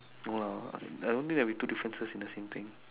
no lah I don't think there would be two differences in the same thing